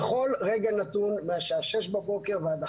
בכל רגע נתון מהשעה 06:00 בבוקר ועד